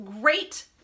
great